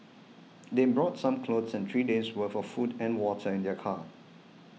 they brought some clothes and three days'worth of food and water in their car